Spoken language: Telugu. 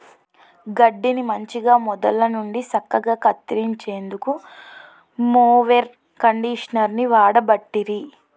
గడ్డిని మంచిగ మొదళ్ళ నుండి సక్కగా కత్తిరించేందుకు మొవెర్ కండీషనర్ని వాడబట్టిరి